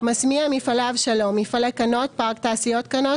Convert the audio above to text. מסמיה מפעלי אבשלום מפעלי כנות (פארק תעשיות כנות)